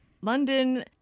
London